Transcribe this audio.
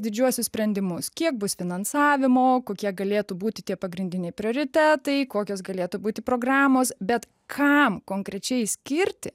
didžiuosius sprendimus kiek bus finansavimo kokie galėtų būti tie pagrindiniai prioritetai kokios galėtų būti programos bet kam konkrečiai skirti